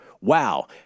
wow